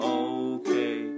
okay